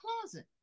closet